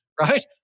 right